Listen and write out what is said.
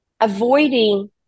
avoiding